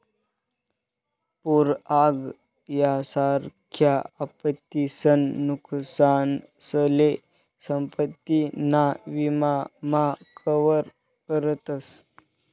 पूर आग यासारख्या आपत्तीसन नुकसानसले संपत्ती ना विमा मा कवर करतस